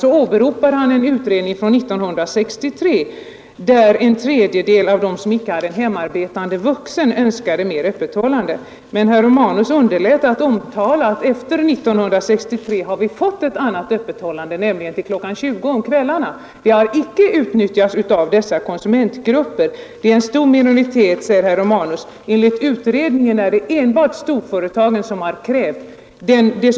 Han åberopar därvid en utredning från 1963, där en tredjedel av de familjer som icke hade hemarbetande vuxen önskade ökat öppethållande. Men herr Romanus underlät att omtala att vi efter 1963 har fått ett annat öppethållande, nämligen till kl. 20.00 på kvällarna. Denna möjlighet har icke utnyttjats av dessa konsumentgrupper. Det är en stor minoritet, säger herr Romanus. Enligt utredningen är det enbart storföretagen som har krävt detta.